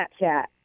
Snapchat